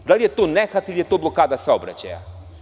Da li je to nehat ili je to blokada saobraćaja?